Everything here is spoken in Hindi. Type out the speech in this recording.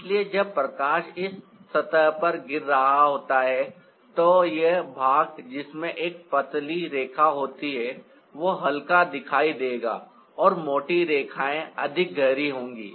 इसलिए जब प्रकाश इस सतह पर गिर रहा होता है तो यह भाग जिसमें एक पतली रेखा होती है वह हल्का दिखाई देगा और मोटी रेखाएं अधिक गहरी होंगी